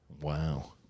wow